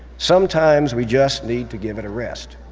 sometimes we just need to give it a rest.